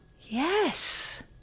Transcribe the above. Yes